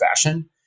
fashion